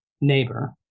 neighbor